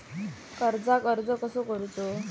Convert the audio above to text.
कर्जाक अर्ज कसो करूचो?